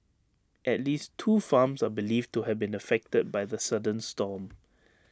at least two farms are believed to have been affected by the sudden storm